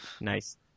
Nice